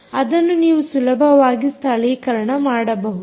ಅದನ್ನು ನೀವು ಸುಲಭವಾಗಿ ಸ್ಥಳೀಕರಣ ಮಾಡಬಹುದು